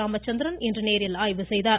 ராமச்சந்திரன் நேரில் ஆய்வு செய்தார்